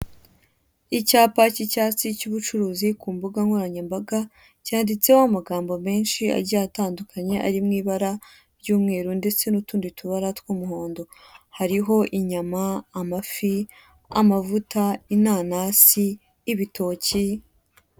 Icyapa k'icyatsi cy'ubucuruzi ku mbugankoranyambaga cyanditseho amagambo menshi agiye atandukanye ari mu ibara ry'umweru n'utundi tubara tw'umuhondo hariho inyama, amafi, amavuta inanasi, ibitoki.